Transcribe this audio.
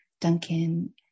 Duncan